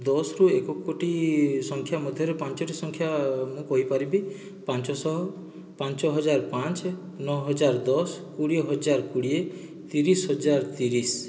ଦଶ ରୁ ଏକ କୋଟି ସଂଖ୍ୟା ମଧ୍ୟରେ ପାଞ୍ଚଟି ସଂଖ୍ୟା ମୁଁ କହିପାରିବି ପାଞ୍ଚଶହ ପାଞ୍ଚ ହଜାର ପାଞ୍ଚ ନଅ ହଜାର ଦଶ କୋଡ଼ିଏ ହଜାର କୋଡ଼ିଏ ତିରିଶ ହଜାର ତିରିଶ